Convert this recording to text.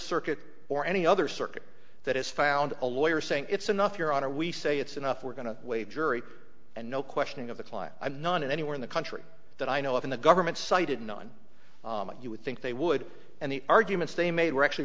circuit or any other circuit that is found a lawyer saying it's enough your honor we say it's enough we're going to waive jury and no questioning of the client i'm not anywhere in the country that i know of in the government cited none you would think they would and the arguments they made were actually